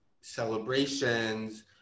celebrations